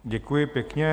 Děkuji pěkně.